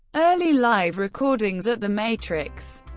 early live recordings at the matrix